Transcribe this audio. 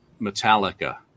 metallica